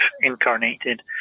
incarnated